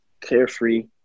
carefree